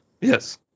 Yes